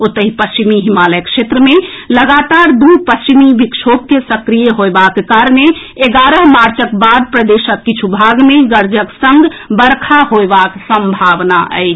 ओतहि पश्चिमी हिमालय क्षेत्र मे लगातार दू पश्चिमी विक्षोभ के सक्रिय होएबाक कारणे एगारह मार्चक बाद प्रदेशक किछु भाग मे गरजक संग वर्षा होएबाक सम्भावना अछि